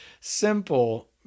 simple